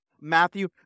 Matthew